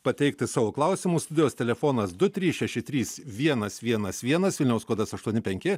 pateikti savo klausimus studijos telefonas du trys šeši trys vienas vienas vienas vilniaus kodas aštuoni penki